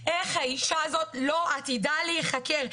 איך האישה הזאת לא עתידה להיחקר?